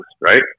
right